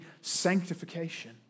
sanctification